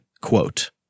quote